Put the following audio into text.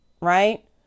right